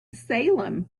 salem